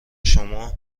شما